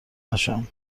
نشم